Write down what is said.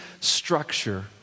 structure